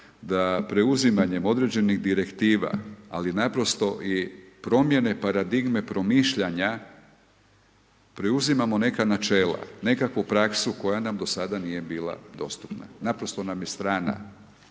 da preuzimanjem određenih direktiva, ali naprosto i promjene paradigme promišljanja preuzimamo neka načela, nekakvu praksu koja nam do sada nije bila dostupna, naprosto nam je strana.